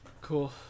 Cool